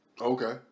Okay